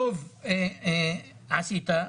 טוב עשית,